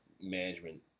management